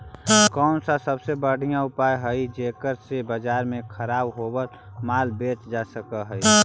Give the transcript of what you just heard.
कौन सा सबसे बढ़िया उपाय हई जेकरा से बाजार में खराब होअल माल बेचल जा सक हई?